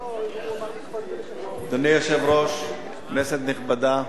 אדוני היושב-ראש, כנסת נכבדה,